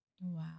Wow